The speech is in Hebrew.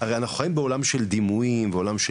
הרי אנחנו חיים בעולם של דימויים ועולם של